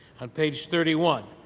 and page thirty one,